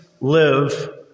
live